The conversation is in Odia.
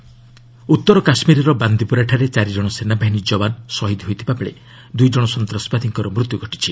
ଜେକେ କିଲ୍ଡ ଉତ୍ତର କାଶ୍ରୀରର ବାନ୍ଦିପୁରାଠାରେ ଚାରିଜଣ ସେନାବାହିନୀ ଯବାନ ଶହୀଦ ହୋଇଥିବା ବେଳେ ଦୁଇଜଣ ସନ୍ତାସବାଦୀଙ୍କର ମୃତ୍ୟୁ ଘଟିଛି